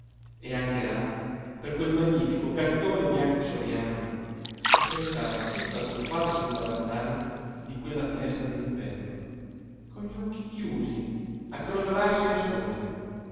e anche là per quel magnifico gattone bianco soriano che se ne stava tutto aggruppato sul davanzale di quella finestra dirimpetto con gli occhi chiusi a crogiolarsi al sole